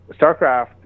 StarCraft